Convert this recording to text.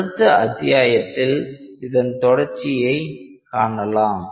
அடுத்த அத்தியாயத்தில் இதன் தொடர்ச்சியை காணலாம்